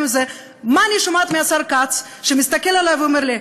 מה אני שומעת מהשר כץ, שמסתכל עלי ואומר לי: